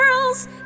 girls